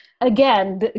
again